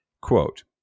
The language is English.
Quote